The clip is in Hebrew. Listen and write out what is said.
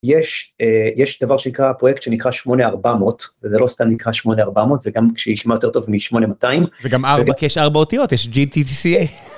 יש דבר שנקרא פרויקט שנקרא 8400 וזה לא סתם נקרא 8400 זה גם כשישמע יותר טוב משמונה מאתיים וגם ארבע כי יש ארבע אותיות יש GTCA